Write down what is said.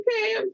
okay